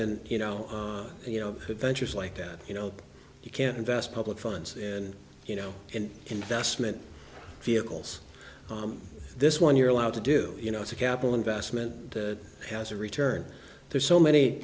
know you know that ventures like that you know you can invest public funds and you know and investment vehicles this one you're allowed to do you know it's a capital investment that has a return there's so many